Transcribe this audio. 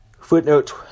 Footnote